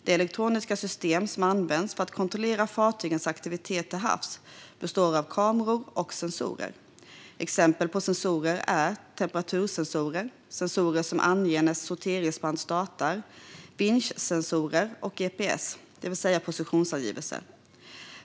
De elektroniska system som används för att kontrollera fartygens aktivitet till havs består av kameror och sensorer. Exempel på sensorer är temperatursensorer, sensorer som anger när sorteringsband startar, vinschsensorer och gps+, det vill säga positionsangivelse.